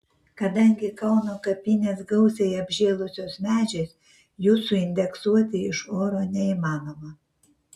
kadangi kauno kapinės gausiai apžėlusios medžiais jų suindeksuoti iš oro neįmanoma